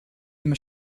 dem